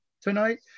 tonight